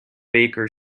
baker